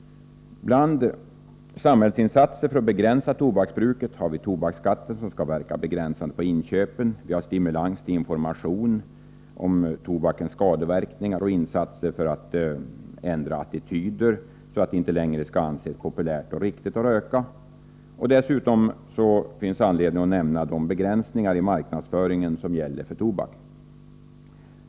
Bland samhällsinsatser för att begränsa tobaksbruket har vi tobaksskatten som skall verka begränsande på inköpen. Vi har stimulans till information om tobakens skadeverkningar och insatser för att ändra attityder, så att det inte längre skall anses populärt och riktigt att röka. Dessutom finns det anledning att nämna de begränsningar i marknadsföringen som gäller för tobak.